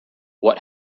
what